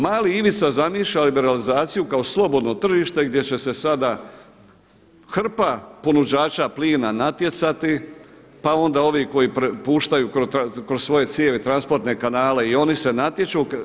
Mali Ivica zamišlja liberalizaciju kao slobodno tržište gdje će se sada hrpa ponuđača plina natjecati, pa onda ovi koji puštaju kroz svoje cijevi transportne kanale i oni se natječu.